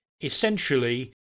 essentially